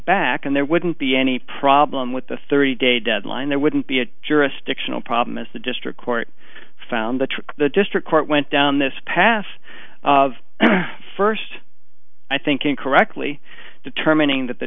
back and there wouldn't be any problem with the thirty day deadline there wouldn't be a jurisdictional problem as the district court found that the district court went down this path of first i think incorrectly determining that the